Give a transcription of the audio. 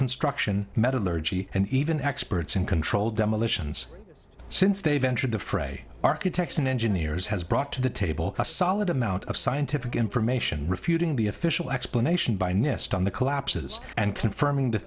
construction metallurgy and even experts in controlled demolitions since they've entered the fray architects and engineers has brought to the table a solid amount of scientific information refuting the official explanation by nist on the collapses and confirming t